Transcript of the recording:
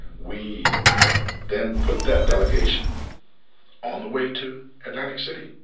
we then put that delegation on the way to atlantic city.